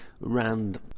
Rand